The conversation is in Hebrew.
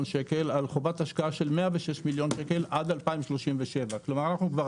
שקל על חובת השקעה של 106 מיליון שקל עד 2037. כלומר כבר